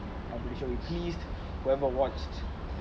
I'm pretty sure we pleased whoever watched